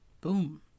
Boom